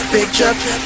Picture